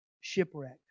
shipwreck